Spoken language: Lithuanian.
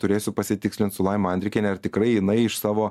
turėsiu pasitikslint su laima andrikiene ar tikrai jinai iš savo